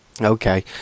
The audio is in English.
Okay